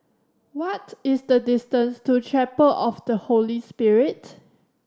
what is the distance to Chapel of the Holy Spirit